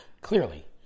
Clearly